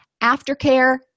aftercare